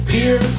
Beer